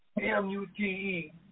M-U-T-E